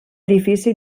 edifici